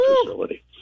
facility